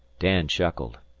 dan chuckled.